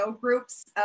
groups